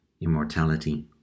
immortality